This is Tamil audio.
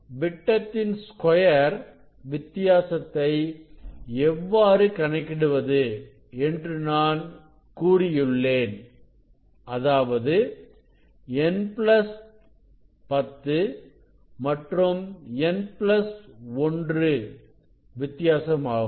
விட்டத்தின் ஸ்கொயர் வித்தியாசத்தை எவ்வாறு கணக்கிடுவது என்று நான் கூறியுள்ளேன் அதாவது n பிளஸ்10 மற்றும் n பிளஸ்1 வித்தியாசமாகும்